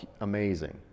amazing